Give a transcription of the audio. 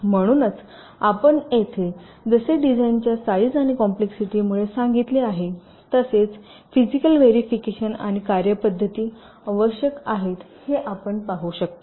म्हणूनच आपण येथे जसे डिझाइनच्या साईझ आणि कॉम्प्लेसिटीमुळे सांगितले आहे तसेच फिजिकल व्हेरिफिकेशन आणि कार्यपद्धती आवश्यक आहेत हे आपण पाहू शकता